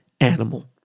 animal